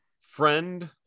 friend